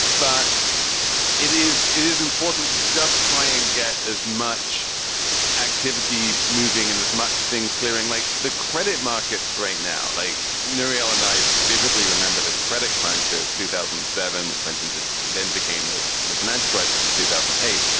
but it is. it is important to just try and get as much activity moving and as much things clearing like the credit markets right now. like nouriel and i vividly remember, the credit crunch of two thousand and seven, which went into then became the the financial crisis of two thousand and eight.